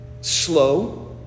Slow